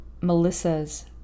Melissa's